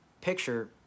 picture